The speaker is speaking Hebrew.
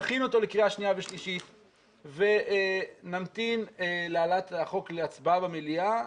נכין אותו לקריאה שנייה ושלישית ונמתין להעלאת החוק להצבעה במליאה,